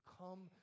come